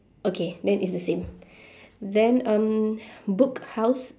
okay then is the same then um book house